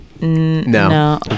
no